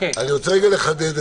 אני רוצה לחדד.